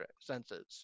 senses